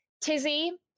Tizzy